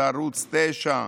וערוץ 9,